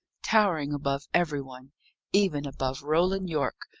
towering above every one even above roland yorke,